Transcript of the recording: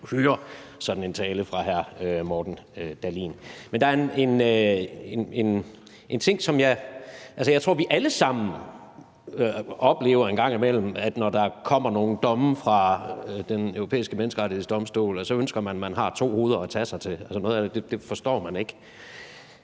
høre sådan en tale fra hr. Morten Dahlin. Men der er en ting, jeg vil sige. Altså, jeg tror, at vi alle sammen en gang imellem oplever, at når der kommer nogle domme fra Den Europæiske Menneskerettighedsdomstol, ønsker man, at man har to hoveder at tage sig til – altså, noget af det forstår man ikke.